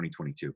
2022